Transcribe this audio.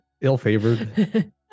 ill-favored